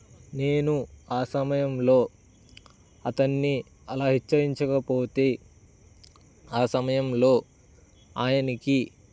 నేను ఆ సమయంలో అతన్ని అలా హెచ్చరించకపోతే ఆ సమయంలో ఆయనికి